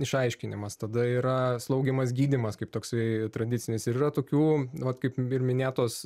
išaiškinimas tada yra slaugymas gydymas kaip toksai tradicinis ir yra tokių nu vat kaip ir minėtos